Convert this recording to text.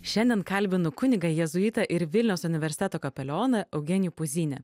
šiandien kalbinu kunigą jėzuitą ir vilniaus universiteto kapelioną eugenijų puzynią